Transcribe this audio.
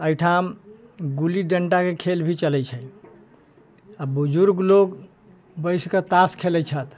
एहिठाम गुल्लीडंडाके खेल भी चलैत छै आ बुजुर्ग लोग बैस कऽ ताश खेलै छथि